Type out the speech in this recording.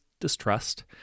distrust